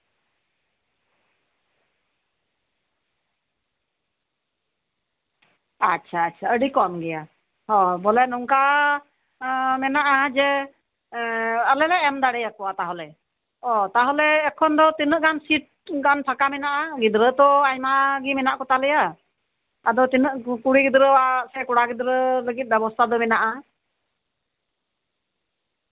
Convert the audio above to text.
ᱟᱪᱪᱷᱟ ᱟᱪᱪᱷᱟ ᱟᱹᱰᱤ ᱠᱚᱢ ᱜᱮᱭᱟ ᱵᱚᱞᱮ ᱱᱚᱝᱠᱟ ᱢᱮᱱᱟᱜᱼᱟ ᱟᱞᱮ ᱞᱮ ᱮᱢ ᱫᱟᱲᱮᱭᱟ ᱠᱚᱣᱟ ᱛᱟᱞᱦᱮ ᱚ ᱛᱟᱞᱦᱮ ᱱᱤᱛᱚᱜ ᱫᱚ ᱛᱤᱱᱟᱹᱜ ᱜᱟᱱ ᱥᱤᱴ ᱯᱷᱟᱸᱠᱟ ᱢᱮᱱᱟᱜᱼᱟ ᱜᱤᱫᱽᱨᱟᱹ ᱛᱚ ᱟᱭᱢᱟ ᱜᱮ ᱢᱮᱱᱟᱜ ᱠᱚᱛᱟ ᱞᱮᱭᱟ ᱟᱫᱚ ᱛᱤᱱᱟᱹᱜ ᱠᱩᱲᱤ ᱜᱤᱫᱽᱨᱟᱹ ᱥᱮ ᱠᱚᱲᱟ ᱜᱤᱫᱽᱨᱟᱹ ᱞᱟᱹᱜᱤᱫᱽ ᱵᱮᱵᱚᱥᱛᱷᱟ ᱫᱚ ᱢᱮᱱᱟᱜᱼᱟ